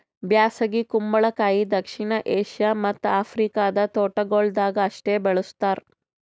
ಬ್ಯಾಸಗಿ ಕುಂಬಳಕಾಯಿ ದಕ್ಷಿಣ ಏಷ್ಯಾ ಮತ್ತ್ ಆಫ್ರಿಕಾದ ತೋಟಗೊಳ್ದಾಗ್ ಅಷ್ಟೆ ಬೆಳುಸ್ತಾರ್